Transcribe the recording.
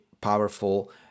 powerful